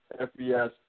FBS